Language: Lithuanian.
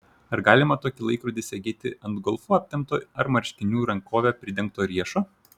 ar galima tokį laikrodį segėti ant golfu aptemto ar marškinių rankove pridengto riešo